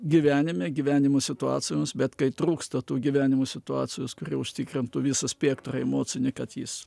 gyvenime gyvenimo situacijomis bet kai trūksta tų gyvenimų situacijos kuri užtikrintų visą spektrą emocinį kad jis